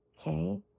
okay